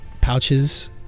pouches